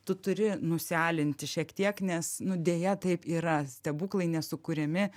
tu turi nusialinti šiek tiek nes nu deja taip yra stebuklai nesukuriami